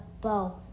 bow